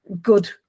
good